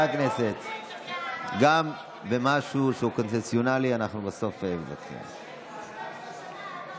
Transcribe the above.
גם על משהו שהוא קונבנציונלי אנחנו מתווכחים בסוף.